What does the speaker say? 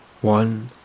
One